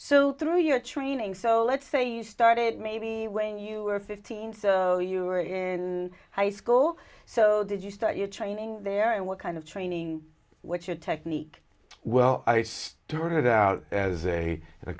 so through your training so let's say you started maybe when you were fifteen so you were in high school so did you start your training there and what kind of training what your technique well i started out as a